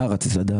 אה, רציתי לדעת.